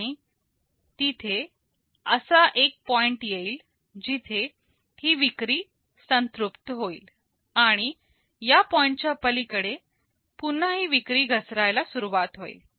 आणि तिथे एक असा पॉईंट येईल जिथे ही विक्री संतृप्त होईल आणि या पॉईंट च्या पलीकडे पुन्हा ही विक्री घसरायला सुरुवात होईल